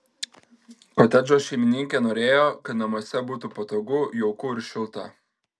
kotedžo šeimininkė norėjo kad namuose būtų patogu jauku ir šilta